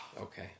Okay